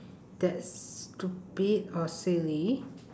that stupid or silly